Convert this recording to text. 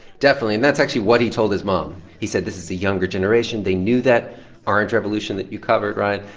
definitely, and that's actually what he told his mom. he said, this is a younger generation. they knew that orange revolution that you covered, ryan.